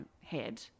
head